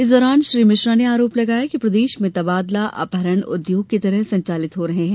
इस दौरान श्री मिश्रा ने आरोप लगाया कि प्रदेश में तबादला अपहरण उद्योग की तरह संचालित हो रहे हैं